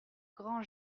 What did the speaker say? grand